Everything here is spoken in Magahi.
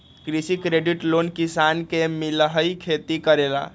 कृषि क्रेडिट लोन किसान के मिलहई खेती करेला?